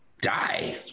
die